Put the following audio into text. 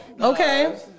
Okay